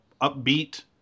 upbeat